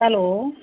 hello